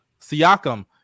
Siakam